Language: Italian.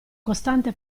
costante